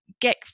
get